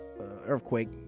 earthquake